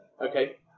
Okay